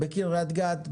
בקריית גת,